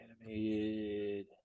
animated